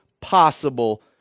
possible